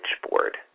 switchboard